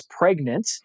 pregnant